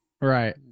Right